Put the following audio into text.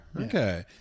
Okay